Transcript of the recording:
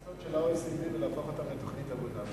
צריך לקחת את ההמלצות של ה-OECD ולהפוך אותן לתוכנית עבודה,